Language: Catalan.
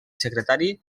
secretari